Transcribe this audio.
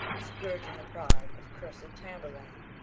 scourging the pride of cursed tamburlaine.